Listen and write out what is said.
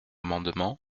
amendement